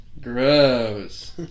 Gross